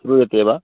श्रूयते वा